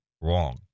wrong